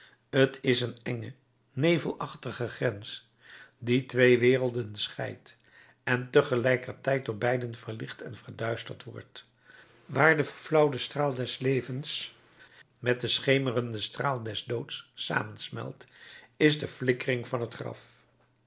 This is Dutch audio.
t is een enge nevelachtige grens die twee werelden scheidt en te gelijker tijd door beide verlicht en verduisterd wordt waar de verflauwde straal des levens met de schemerende straal des doods samensmelt t is de flikkering van het graf